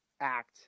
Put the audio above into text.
act